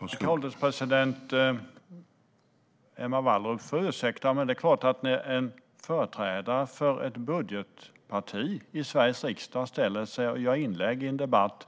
Herr ålderspresident! Emma Wallrup får ursäkta. Det är klart att det är intressant när en företrädare för ett budgetparti i Sveriges riksdag ställer sig upp och gör ett inlägg i en debatt